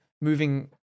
moving